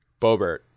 bobert